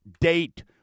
date